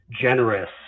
generous